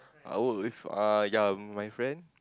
I work with uh yea my friend